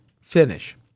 finish